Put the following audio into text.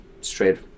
straight